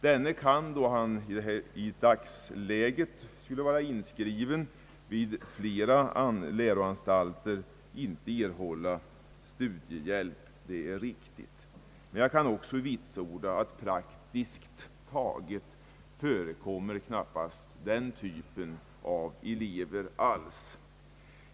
Denne kan, då han i dagsläget skulle vara inskriven vid flera läroanstalter, inte erhålla studiehjälp. Detta är riktigt, men jag kan också vitsorda att den typen av elever praktiskt taget knappast förekommer alls.